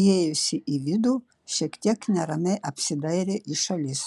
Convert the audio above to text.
įėjusi į vidų šiek tiek neramiai apsidairė į šalis